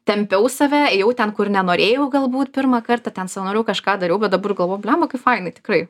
tempiau save ėjau ten kur nenorėjau galbūt pirmą kartą ten savanoriavau kažką dariau bet dabar galvoju blemba kaip faina tikrai